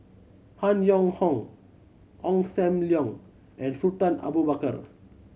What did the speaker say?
Han Yong Hong Ong Sam Leong and Sultan Abu Bakar